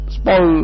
small